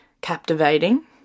captivating